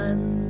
One